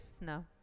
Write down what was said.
No